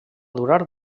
durar